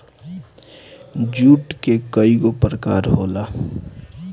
जुट के कइगो प्रकार होला